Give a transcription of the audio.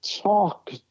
talk